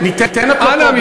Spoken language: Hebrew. מה עם אנסים?